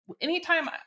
anytime